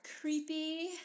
creepy